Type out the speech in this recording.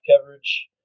coverage